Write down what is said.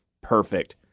Perfect